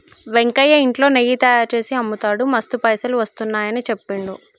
వెంకయ్య ఇంట్లో నెయ్యి తయారుచేసి అమ్ముతాడు మస్తు పైసలు వస్తున్నాయని చెప్పిండు